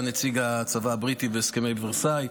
היה נציג הצבא הבריטי בהסכמי ורסאי,